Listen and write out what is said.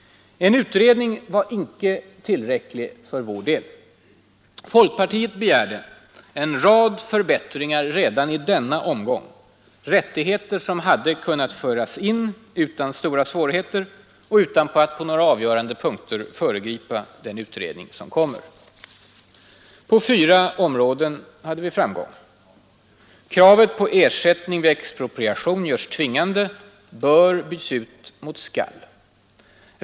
En utredning var inte tillräcklig för vår del. Folkpartiet begärde en rad förbättringar redan i denna omgång, rättigheter som hade kunnat föras in utan stora svårigheter och utan att på avgörande punkter föregripa den utredning som kommer. På fyra områden hade vi framgång. Kravet på ersättning vid expropriation görs tvingande, ”bör” byts ut mot ”skall”.